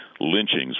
lynchings